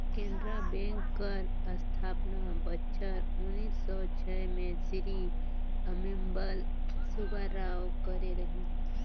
Canara bank कर अस्थापना बछर उन्नीस सव छय में श्री अम्मेम्बल सुब्बाराव करे रहिन